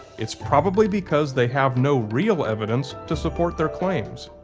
it's probably because they have no real evidence to support their claims.